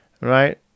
right